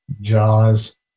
JAWS